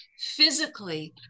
physically